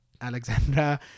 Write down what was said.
Alexandra